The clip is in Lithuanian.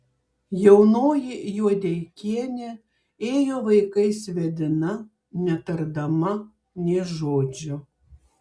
jaunoji juodeikienė ėjo vaikais vedina netardama nė žodžio